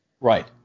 right